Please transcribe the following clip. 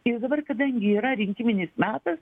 ir dabar kadangi yra rinkiminis metas